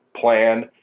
plan